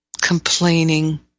Complaining